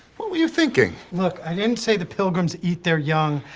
what were you thinking? look, i didn't say the pilgrims eat their young,